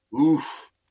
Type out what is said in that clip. Oof